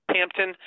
Hampton